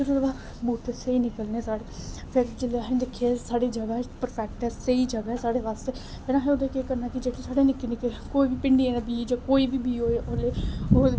फिर ओह्दे बाद बूह्टे स्हेई निकलने साढ़े फिर जेल्लै असें दिक्ख साढ़ी जगह् परफैक्ट ऐ स्हेई जगह ऐ साढ़े कश ते ते फिर असें करना जेह्ड़े साढ़े निक्के निक्के कोई बी भिंडियें दे बीज कोई बीऽ होए